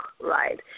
right